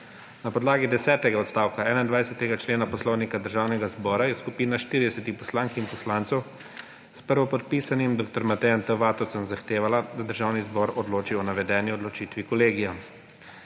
Na podlagi desetega odstavka 21. člena Poslovnika Državnega zbora je skupina 40 poslank in poslancev s prvopodpisanim dr. Matejem T. Vatovcem zahtevala, da Državni zbor odloči o navedeni odločitvi kolegija.